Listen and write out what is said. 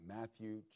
Matthew